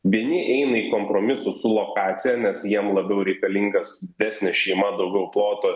vieni eina į kompromisus su lokacija nes jiem labiau reikalingas didesnė šeima daugiau ploto